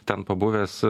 ten pabuvęs